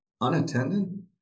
unattended